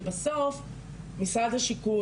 שבסוף משרד השיכון,